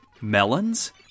melons